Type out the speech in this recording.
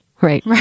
Right